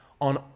on